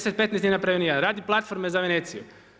10, 15, nije napravio ni jedan radi platforme za Veneciju.